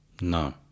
no